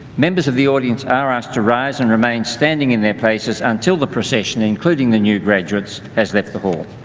members of the audience are asked to rise and remain standing in their places until the procession, including the new graduates, has left the hall.